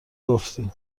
گفتی